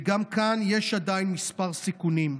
וגם כאן יש עדיין כמה סיכונים,